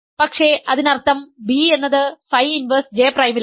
പക്ഷേ അതിനർത്ഥം b എന്നത് ഫൈ ഇൻവെർസ് J പ്രൈമിലാണ്